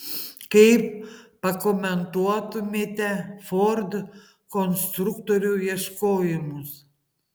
kaip pakomentuotumėte ford konstruktorių ieškojimus